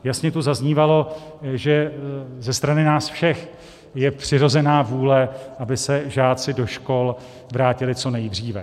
Jasně tu zaznívalo, že ze strany nás všech je přirozená vůle, aby se žáci do škol vrátili co nejdříve.